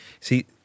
See